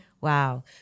Wow